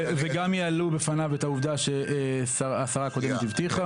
וגם יעלו בפניו את העובדה שהשרה הקודמת הבטיחה.